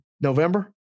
November